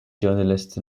journalists